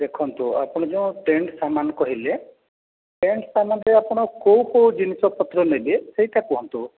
ଦେଖନ୍ତୁ ଆପଣ ଯେଉଁ ଟେଣ୍ଟ ସାମାନ କହିଲେ ଟେଣ୍ଟ ସାମାନରୁ ଆପଣ କେଉଁ କେଉଁ ଜିନିଷପତ୍ର ନେବେ ସେଇଟା କୁହନ୍ତୁ